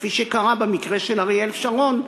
כפי שקרה במקרה של אריאל שרון,